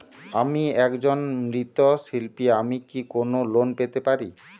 আমি একজন মৃৎ শিল্পী আমি কি কোন লোন পেতে পারি?